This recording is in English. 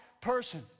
person